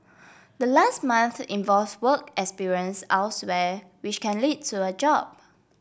the last month involves work experience elsewhere which can lead to a job